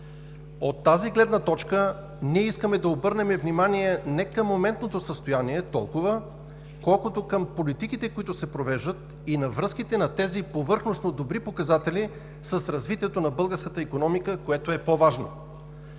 От тази гледна точка ние искаме да обърнем не толкова внимание към моментното състояние, колкото към политиките, които се провеждат, и на връзките на тези повърхностно добри показатели с развитието на българската икономика, което е по-важно.